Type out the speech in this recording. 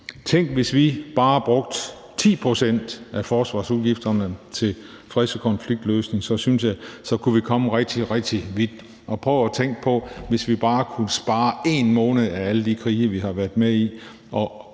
Tænk, hvis vi bare brugte 10 pct. af forsvarsudgifterne til freds- og konfliktløsning. Så synes jeg, at vi kunne komme rigtig, rigtig vidt. Og prøv at tænke på, hvis vi bare kunne spare én måned af alle de krige, vi har været med i,